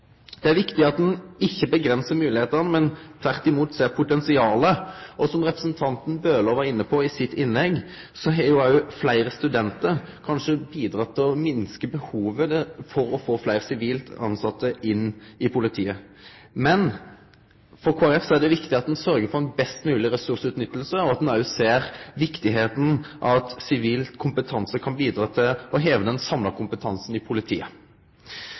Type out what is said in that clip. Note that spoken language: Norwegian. Det er viktig at ein ikkje avgrensar moglegheitene, men tvert om ser potensialet. Og som representanten Bøhler var inne på i sitt innlegg, har fleire studentar kanskje bidrege til å minske behovet for fleire sivilt tilsette i politiet. For Kristeleg Folkeparti er det viktig at ein sørgjer for ei best mogleg ressursutnytting, og at ein ser viktigheita av at sivil kompetanse kan bidra til å heve den samla kompetansen i politiet.